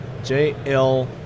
JL